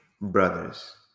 brothers